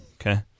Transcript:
okay